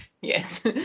Yes